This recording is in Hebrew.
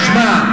תשמע,